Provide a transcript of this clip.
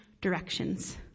directions